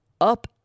up